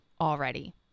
already